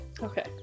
Okay